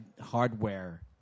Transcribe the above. hardware